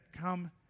come